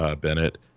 Bennett